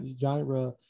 genre